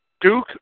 Duke